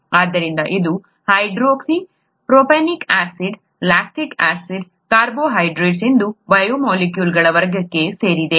ಆದ್ದರಿಂದ ಇದು hydroxypropanoic acid lactic acid ಕಾರ್ಬೋಹೈಡ್ರೇಟ್ಗಳು ಎಂಬ ಬಯೋಮಾಲಿಕ್ಯೂಲ್ಗಳ ವರ್ಗಕ್ಕೆ ಸೇರಿದೆ